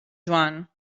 joan